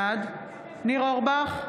בעד ניר אורבך,